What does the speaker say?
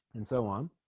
and so on